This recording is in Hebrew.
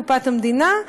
קופת המדינה,